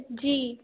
جی